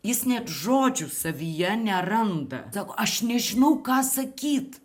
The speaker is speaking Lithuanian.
jis net žodžių savyje neranda aš nežinau ką sakyt